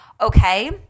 okay